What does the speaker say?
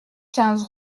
quinze